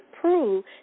prove